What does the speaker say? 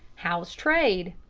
how's trade?